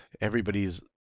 Everybody's